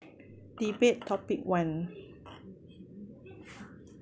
debate topic one